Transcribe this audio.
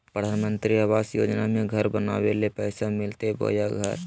प्रधानमंत्री आवास योजना में घर बनावे ले पैसा मिलते बोया घर?